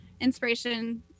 inspiration